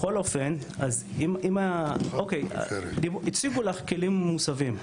אוקיי, בכל אופן, הציגו לך כלים מוסבים.